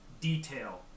detail